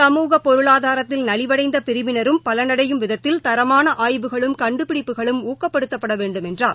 சமூக பொருளாதாரத்தில் நலிவடைந்த பிரிவினரும் பலனடையும் விதத்தில் தரமான ஆய்வுகளும் கண்டுபிடிப்புகளும் ஊக்கப்படுத்தப்பட வேண்டும் என்றார்